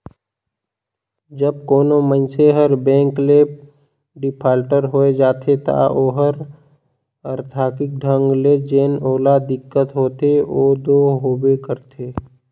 जब कोनो मइनसे हर बेंक ले डिफाल्टर होए जाथे ता ओहर आरथिक ढंग ले जेन ओला दिक्कत होथे ओ दो होबे करथे